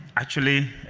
actually,